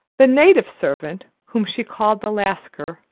the native servant, whom she called the lascar,